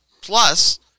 Plus